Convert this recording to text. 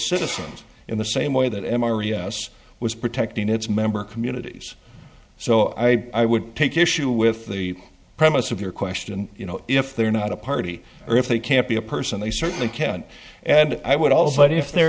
citizens in the same way that m r i s was protecting its member communities so i would take issue with the premise of your question you know if they're not a party or if they can't be a person they certainly can't and i would also add if they're